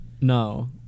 No